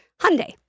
Hyundai